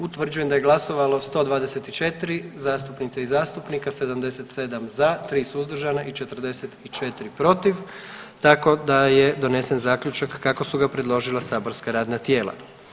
Utvrđujem da je glasovalo 124 zastupnice i zastupnika, 77 za, 3 suzdržana i 44 protiv tako da je donesen zaključak kako su ga predložila saborska radna tijela.